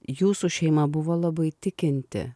jūsų šeima buvo labai tikinti